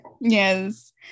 Yes